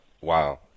wow